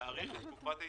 להאריך את תקופת ההתיישנות.